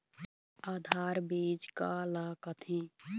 आधार बीज का ला कथें?